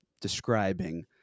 describing